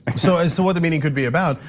so as to what the meaning could be about,